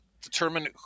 determine